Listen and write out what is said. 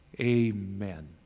amen